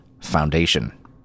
foundation